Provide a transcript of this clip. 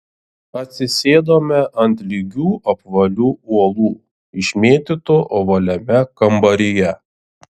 atsisėdome ant lygių apvalių uolų išmėtytų ovaliame kambaryje